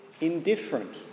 indifferent